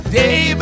day